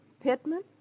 Pittman